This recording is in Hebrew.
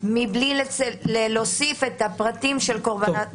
מבלי להוסיף את הפרטים של קורבנות העבירה.